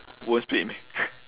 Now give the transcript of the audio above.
won't split meh